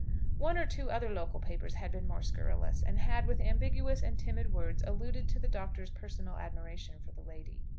one or two other local papers had been more scurrilous, and had, with ambiguous and timid words, alluded to the doctor's personal admiration for the lady.